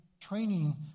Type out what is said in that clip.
training